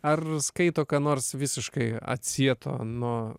ar skaito ką nors visiškai atsieto nuo